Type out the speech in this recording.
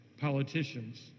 politicians